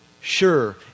sure